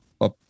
up